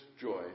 joy